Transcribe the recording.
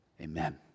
Amen